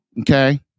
Okay